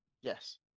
Yes